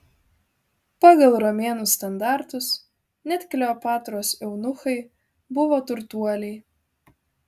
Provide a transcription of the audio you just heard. pagal romėnų standartus net kleopatros eunuchai buvo turtuoliai